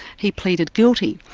he pleaded guilty.